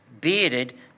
bearded